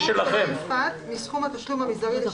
עכשיו אתה אומר לי מי ישלם מעבר ל-101.5% זה מה שאני רוצה לדעת.